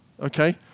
okay